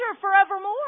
forevermore